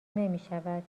نمیشود